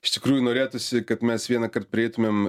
iš tikrųjų norėtųsi kad mes vienąkart prieitumėm